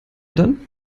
dann